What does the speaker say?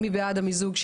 מי בעד המיזוג?